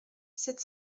sept